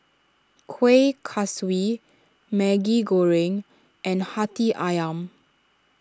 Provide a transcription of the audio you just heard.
Kueh Kaswi Maggi Goreng and Hati Ayam